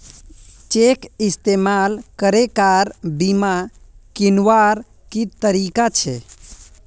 Cheque इस्तेमाल करे car बीमा कीन्वार की तरीका छे?